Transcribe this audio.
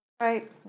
Right